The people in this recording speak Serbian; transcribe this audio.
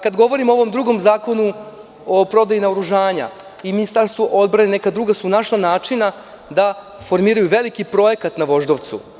Kada govorim o ovom drugom zakonu o prodaji naoružanja, Ministarstvo odbrane i druga ministarstva su našla način da formiraju veliki projekat na Voždovcu.